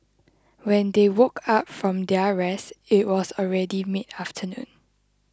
when they woke up from their rest it was already mid afternoon